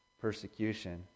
persecution